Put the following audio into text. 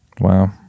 wow